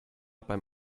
beim